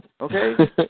okay